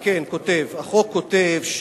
כן, החוק כותב: